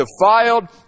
defiled